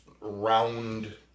round